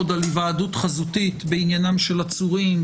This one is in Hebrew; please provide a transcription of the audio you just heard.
על היוועדות חזותית בעניינים של עצורים,